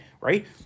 right